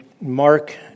Mark